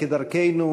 כדרכנו,